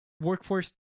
workforce